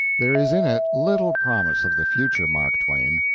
there is in it little promise of the future mark twain.